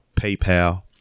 PayPal